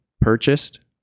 purchased